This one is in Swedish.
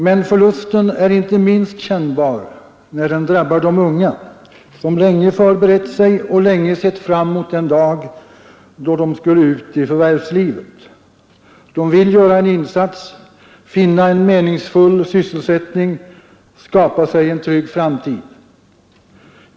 Men förlusten är inte minst kännbar när den drabbar de unga, som lä nge förberett sig och länge sett fram mot den dag då de skulle ut i förvärvslivet. De vill göra en insats, finna en meningsfull sysselsättning, skapa sig en trygg framtid.